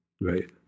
right